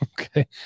Okay